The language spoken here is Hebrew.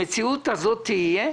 המציאות הזאת תהיה,